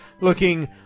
looking